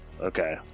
Okay